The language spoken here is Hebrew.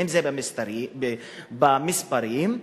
אם במספרים,